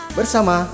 Bersama